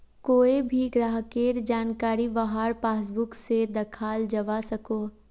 कोए भी ग्राहकेर जानकारी वहार पासबुक से दखाल जवा सकोह